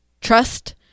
trust